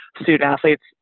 student-athletes